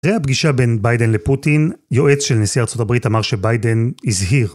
לפני הפגישה בין ביידן לפוטין, יועץ של נשיא ארה״ב אמר שביידן הזהיר